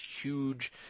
huge